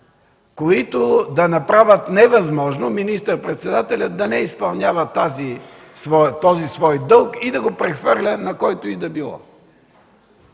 които да направят невъзможно министър-председателят да не изпълнява този свой дълг и да го прехвърля на когото и да било.